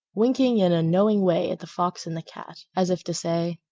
winking in a knowing way at the fox and the cat, as if to say,